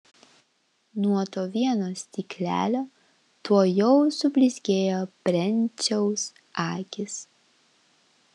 nuo to vieno stiklelio tuojau sublizgėjo brenciaus akys